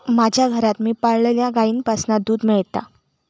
माज्या घरात मी पाळलल्या गाईंपासना दूध मेळता